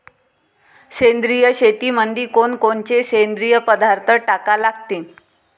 सेंद्रिय शेतीमंदी कोनकोनचे सेंद्रिय पदार्थ टाका लागतीन?